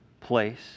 place